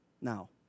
Now